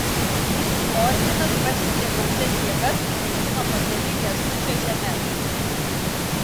ordinas pasiuntė gausias jėgas naikino pakeliui kęstučio žemes